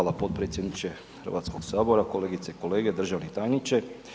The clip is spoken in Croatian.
Hvala potpredsjedniče Hrvatskog sabora, kolegice i kolege, državni tajniče.